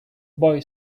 boy